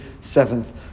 seventh